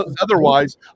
otherwise